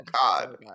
God